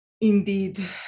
indeed